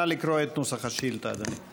נא לקרוא את נוסח השאילתה, אדוני.